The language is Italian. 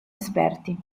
esperti